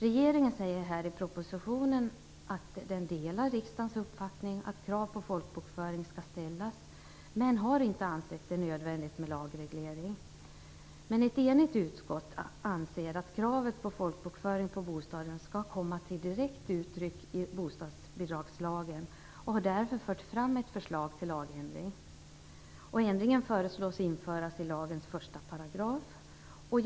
Regeringen säger i propositionen att den delar riksdagens uppfattning att krav på folkbokföring skall ställas men har inte ansett det nödvändigt med en lagreglering. Ett enigt utskott anser att kravet på folkbokföring på bostaden skall komma till direkt uttryck i bostadsbidragslagen och har därför fört fram ett förslag till lagändring. Ändringen föreslås införas i lagens 1 §.